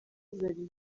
zari